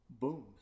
Boom